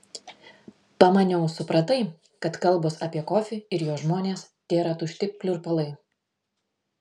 pamaniau supratai kad kalbos apie kofį ir jo žmones tėra tušti pliurpalai